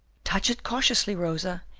touch it cautiously, rosa,